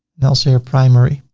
also your primary,